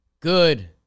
Good